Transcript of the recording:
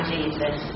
Jesus